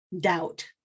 doubt